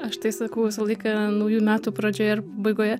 aš tai sakau visą laiką naujųjų metų pradžioje ir pabaigoje